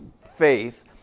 faith